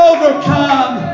Overcome